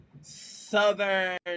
southern